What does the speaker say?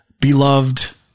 beloved